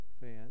fans